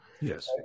Yes